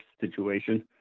situation